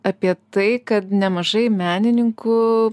apie tai kad nemažai menininkų